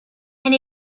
and